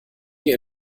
die